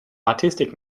artistic